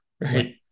right